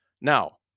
Now